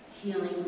healing